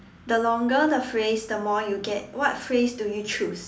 the longer the phrase the more you get what phrase do you choose